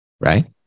right